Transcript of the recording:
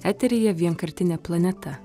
eteryje vienkartinė planeta